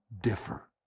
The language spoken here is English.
differ